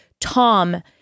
Tom